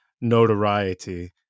notoriety